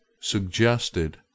suggested